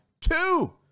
Two